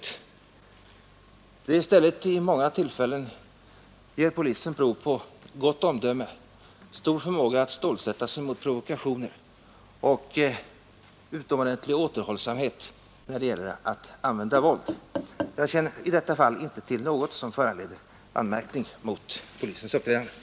Polisen har i stället vid många tillfällen gett prov på gott omdöme, stor förmåga att stålsätta sig mot provokationer och utomordentlig återhållsamhet när det gäller att använda våld. Jag känner i detta fall inte till någonting som föranleder anmärkning mot polisens uppträdande.